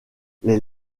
les